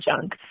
Junk